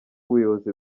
ubuyobozi